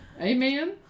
amen